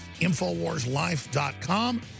Infowarslife.com